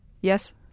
Yes